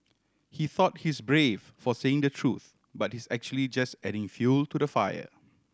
he thought he's brave for saying the truth but he's actually just adding fuel to the fire